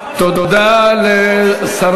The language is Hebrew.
למה